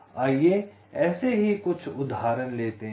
आइये ऐसे ही कुछ उदाहरण लेते हैं